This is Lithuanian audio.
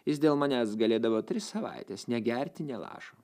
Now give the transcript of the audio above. jis dėl manęs galėdavo tris savaites negerti nė lašo